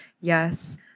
yes